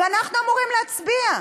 ואנחנו אמורים להצביע.